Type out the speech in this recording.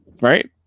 right